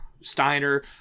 Steiner